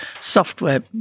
software